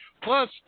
Plus